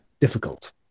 difficult